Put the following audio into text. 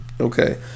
Okay